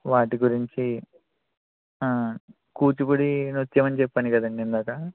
వాటి గురించి కూచిపూడి నృత్యం అని చెప్పాను కదా అండి ఇందాక